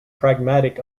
pragmatic